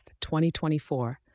2024